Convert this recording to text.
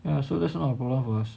ya so that's not a problem for us